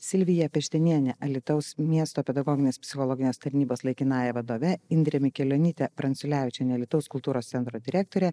silvija pešteniene alytaus miesto pedagoginės psichologinės tarnybos laikinąja vadove indre mikelionyte pranciulevičiene alytaus kultūros centro direktore